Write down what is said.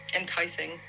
enticing